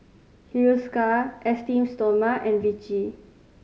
Hiruscar Esteem Stoma and Vichy